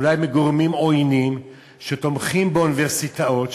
אולי גורמים עוינים שתומכים באוניברסיטאות,